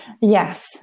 Yes